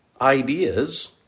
ideas